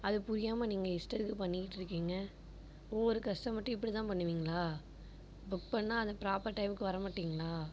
அது புரியாமல் நீங்கள் இஷ்டத்துக்கு பண்ணிக்கிட்டு இருக்கீங்க ஒவ்வொரு கஸ்டமர்டேயும் இப்படிதான் பண்ணுவீங்களா புக் பண்ணிணா அது பிராப்பர் டைம்க்கு வர மாட்டீங்களா